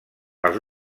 els